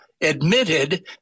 admitted